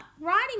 writing